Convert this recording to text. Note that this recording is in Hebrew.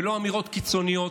ולא אמירות קיצוניות,